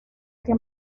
que